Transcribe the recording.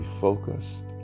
focused